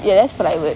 ya it's private